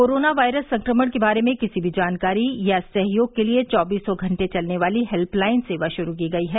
corona virus संक्रमण के बारे में किसी भी जानकारी या सहयोग के लिए चौबीसो घंटे चलने वाली हेल्पलाइन सेवा शुरू की गई है